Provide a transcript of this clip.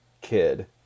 kid